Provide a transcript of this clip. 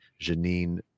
Janine